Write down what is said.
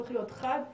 צריך להיות חד וחלק.